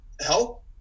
help